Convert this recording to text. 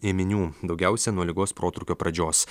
ėminių daugiausia nuo ligos protrūkio pradžios